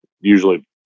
Usually